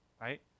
Right